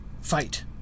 fight